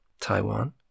Taiwan